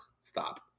stop